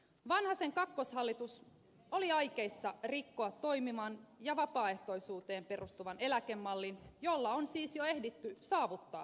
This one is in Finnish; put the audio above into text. vanhasen kakkoshallitus oli aikeissa rikkoa toimivan ja vapaaehtoisuuteen perustuvan eläkemallin jolla on siis jo ehditty saavuttaa tuloksia